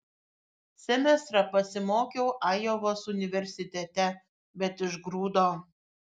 semestrą pasimokiau ajovos universitete bet išgrūdo